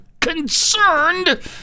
concerned